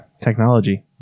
Technology